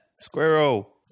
Squirrel